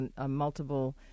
multiple